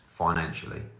Financially